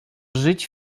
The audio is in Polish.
żyć